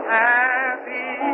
happy